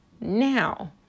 now